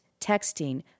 texting